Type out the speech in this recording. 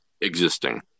existing